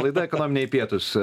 laida ekonominiai pietūs